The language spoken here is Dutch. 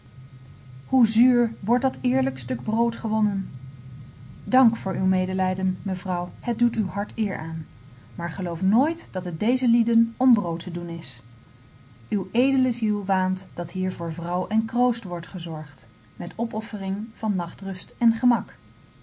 hoe zuur wordt dat eerlijk stuk brood gewonnen dank voor uw medelijden mevrouw het doet uw hart eer aan maar geloof nooit dat het dezen lieden om brood te doen is uwe edele ziel waant dat hier voor vrouw en kroost wordt gezorgd met opoffering van nachtrust en gemak